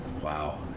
Wow